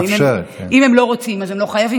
אם הם לא רוצים, הם לא חייבים.